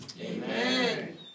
Amen